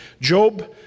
Job